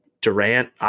Durant